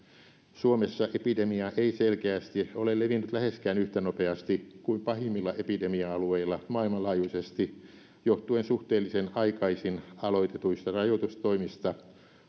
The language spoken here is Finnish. suomessa epidemia ei selkeästi ole levinnyt läheskään yhtä nopeasti kuin pahimmilla epidemia alueilla maailmanlaajuisesti johtuen suhteellisen aikaisin aloitetuista rajoitustoimista